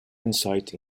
insight